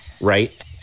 Right